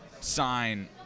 sign